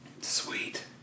Sweet